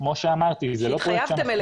כמו שאמרתי --- שהתחייבתם אליהן.